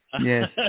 Yes